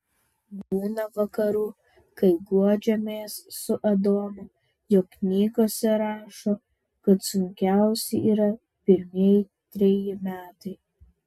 būna vakarų kai guodžiamės su adomu jog knygose rašo kad sunkiausi yra pirmieji treji metai